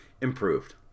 improved